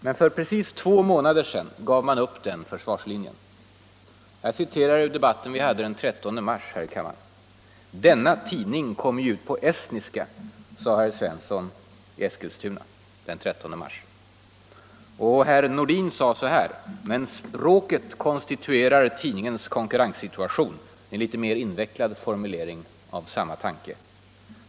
Men för precis två må — minoritetspolitiken, nader sedan gav man upp den försvarslinjen. ”Denna tidning kommer m.m. ju ut på estniska ---”, sade herr Svensson i Eskilstuna i debatten i riksdagen den 13 mars. ”Men språket konstituerar tidningens konkurrenssituation”, sade herr Nordin i en litet mer invecklad formulering av samma tanke.